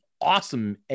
awesome